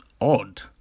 odd